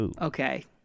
Okay